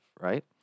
right